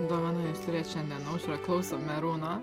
dovana jus turėt šiandien aušra klausom merūno